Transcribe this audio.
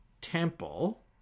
temple